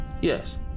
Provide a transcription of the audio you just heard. Yes